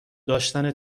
داشتن